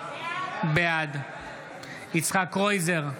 בעד יצחק קרויזר,